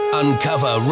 uncover